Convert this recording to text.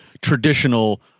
traditional